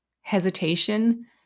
hesitation